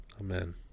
Amen